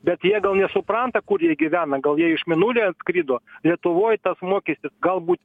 bet jie gal nesupranta kur jie gyvena gal jie iš mėnulio atskrido lietuvoj tas mokestis galbūt